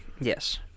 Yes